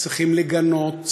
צריכים לגנות,